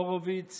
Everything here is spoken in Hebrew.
הורוביץ